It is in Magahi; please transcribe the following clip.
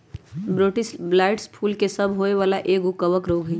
बोट्रिटिस ब्लाइट फूल सभ के होय वला एगो कवक रोग हइ